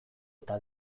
eta